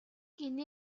гэнэ